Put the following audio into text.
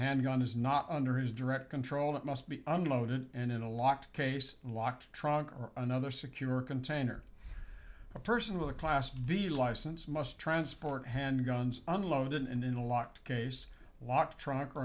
handgun is not under his direct control it must be unloaded and in a locked case locked trunk or another secure container a person with a class v license must transport handguns unloaded and in a locked case walk trunk or